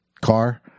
car